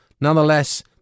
nonetheless